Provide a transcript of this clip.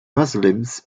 muslims